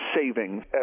savings